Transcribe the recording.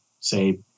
say